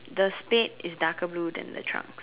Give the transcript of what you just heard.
the state is dark blue than the trunks